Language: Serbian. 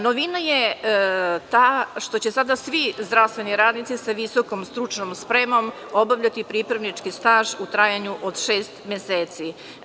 Novina je ta što će sada svi zdravstveni radnici sa visokom stručnom spremom obavljati pripravnički staž u trajanju od šest meseci.